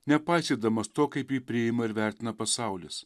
nepaisydamas to kaip jį priima ir vertina pasaulis